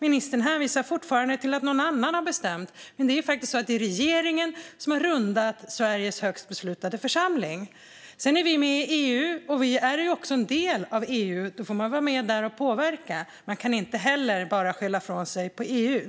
Ministern hänvisar fortfarande till att någon annan har bestämt, men det är faktiskt så att det är regeringen som har rundat Sveriges högsta beslutande församling. Sedan är vi med i EU, och vi är också en del av EU. Då får man vara med där och påverka. Man kan inte heller bara skylla från sig på EU.